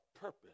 purpose